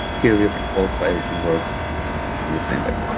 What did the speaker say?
here, yeah also, everything works on the same way.